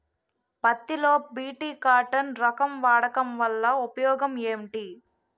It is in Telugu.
పత్తి లో బి.టి కాటన్ రకం వాడకం వల్ల ఉపయోగం ఏమిటి?